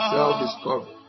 Self-discovery